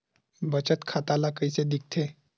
बचत खाता ला कइसे दिखथे?